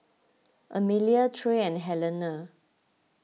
Amalia Trey and Helena